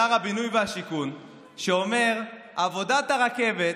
שר הבינוי והשיכון שאומר: עבודת הרכבת